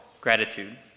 Gratitude